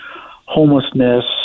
homelessness